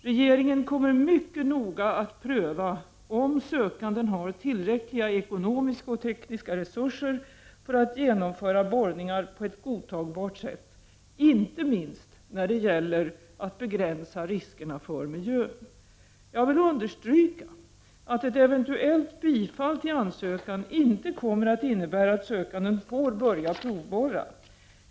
Regeringen kommer mycket noga att pröva om sökanden har tillräckliga ekonomiska och tekniska resurser för att genomföra borrningar på ett godtagbart sätt, inte minst när det gäller att begränsa riskerna för miljön. Jag vill understryka att ett eventuellt bifall till ansökan inte kommer att innebära att sökanden får börja provborra.